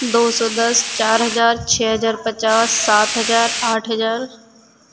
دو سو دس چار ہزار چھ ہزار پچاس سات ہزار آٹھ ہزار